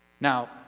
Now